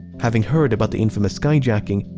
having heard about the infamous skyjacking,